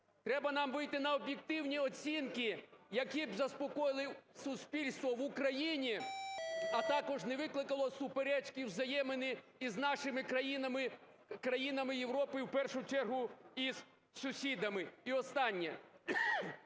Треба нам вийти на об'єктивні оцінки, які б заспокоїли суспільство в Україні, а також не викликали суперечки у взаєминах із нашими країнами, країнами Європи, в першу чергу із сусідами. І останнє.